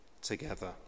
together